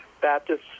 Baptists